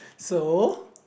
so